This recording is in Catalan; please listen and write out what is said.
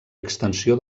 extensió